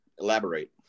Elaborate